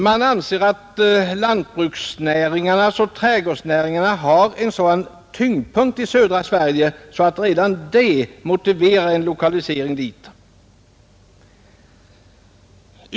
Man anser att jordbruksoch trädgårdsnäringarna har en sådan tyngdpunkt i södra Sverige att redan det motiverar en lokalisering dit.